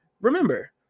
Remember